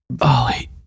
ollie